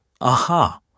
Aha